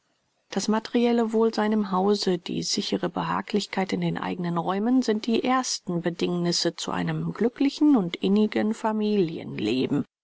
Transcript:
das materielle wohlsein im hause die sichere behaglichkeit in den eigenen räumen sind die ersten bedingnisse zu einem glücklichen und innigen familienleben